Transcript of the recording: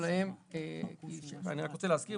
אני רוצה רק להזכיר,